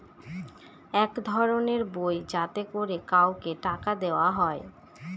এক ধরনের বই যাতে করে কাউকে টাকা দেয়া হয়